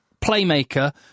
playmaker